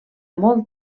molt